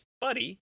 buddy